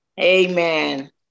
Amen